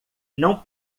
não